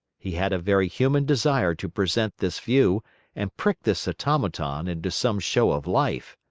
he had a very human desire to present this view and prick this automaton into some show of life.